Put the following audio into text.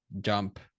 jump